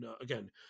again